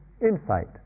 insight